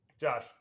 Josh